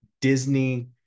Disney